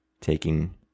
taking